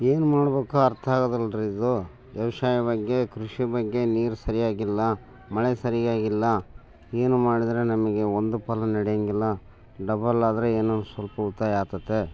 ಏನು ಮಾಡ್ಬೇಕು ಅರ್ಥ ಆಗೋದಿಲ್ ರೀ ಇದು ವ್ಯವಸಾಯ ಬಗ್ಗೆ ಕೃಷಿ ಬಗ್ಗೆ ನೀರು ಸರಿಯಾಗಿಲ್ಲ ಮಳೆ ಸರಿಯಾಗಿಲ್ಲ ಏನು ಮಾಡಿದರೆ ನಮಗೆ ಒಂದು ಫಲ ನಡಿಯೋಂಗಿಲ್ಲ ಡಬಲ್ ಆದರೆ ಏನೋ ಒಂದು ಸ್ವಲ್ಪ ಉಳಿತಾಯ ಆಗ್ತತೆ